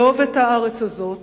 לאהוב את הארץ הזאת,